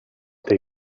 they